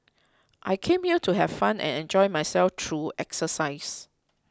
I came here to have fun and enjoy myself through exercise